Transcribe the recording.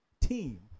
team